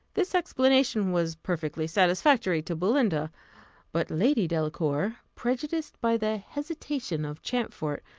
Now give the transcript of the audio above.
this explanation was perfectly satisfactory to belinda but lady delacour, prejudiced by the hesitation of champfort,